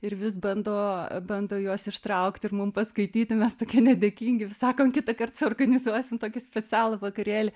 ir vis bando bando juos ištraukti ir mum paskaityti mes tokie nedėkingi vis sakom kitąkart suorganizuosim tokį specialų vakarėlį